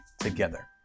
together